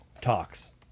talks